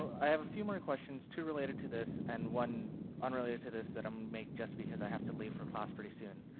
i have a few more questions, two related to this and one unrelated to this that i um make just because i have to leave for class pretty soon.